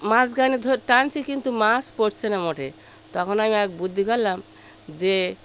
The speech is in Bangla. মাঝখানে ধরে টানছি কিন্তু মাছ পড়ছে না মোটে তখন আমি এক বুদ্ধি করলাম যে